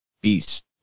beast